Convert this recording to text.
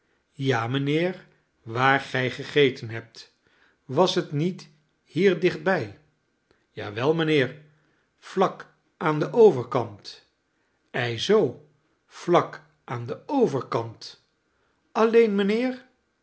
ja mijnheer waar gij gegeten hebt was het niet hier dichtbij ja wel mijnheer vlak aan den overkant ei zoo vlak aan den overkant alleen mijnheer